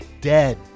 dead